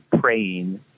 Praying